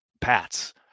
Pats